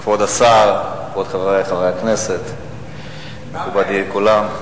כבוד השר, כבוד חברי חברי הכנסת, מכובדי כולם,